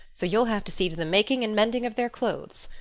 so you'll have to see to the making and mending of their clothes.